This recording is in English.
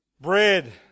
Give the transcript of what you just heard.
bread